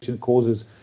causes